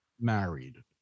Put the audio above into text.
married